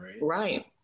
right